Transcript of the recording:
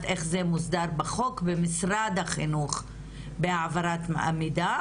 איך זה מוסדר בחוק במשרד החינוך בהעברת המידע.